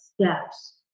steps